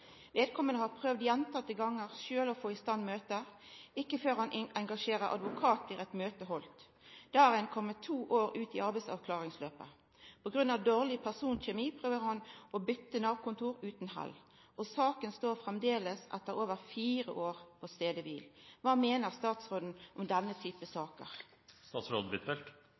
Vedkommende har prøvd gjentatte ganger selv å få i stand møter. Ikke før han engasjerer advokat, blir et møte holdt. Da er en kommet to år ut i arbeidsavklaringsløpet. På grunn av dårlig personkjemi prøver han å bytte Nav-kontor uten hell, og saken står fremdeles, etter over fire år, på stedet hvil. Hva mener statsråden om denne type